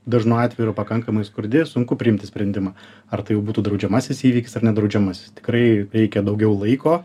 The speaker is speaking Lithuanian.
dažnu atveju yra pakankamai skurdi sunku priimti sprendimą ar tai jau būtų draudžiamasis įvykis ar nedraudžiamasis tikrai reikia daugiau laiko